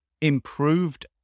improved